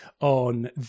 on